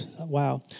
wow